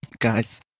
guys